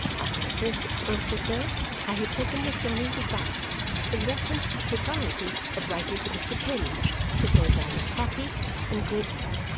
after the first six months or so i had taken miss donny's advice in reference to the propriety of writing to mr. kenge to say that i was happy and grateful,